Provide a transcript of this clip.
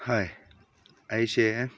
ꯍꯥꯏ ꯑꯩꯁꯦ